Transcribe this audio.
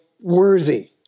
worthy